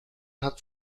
hat